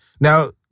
Now